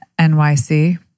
NYC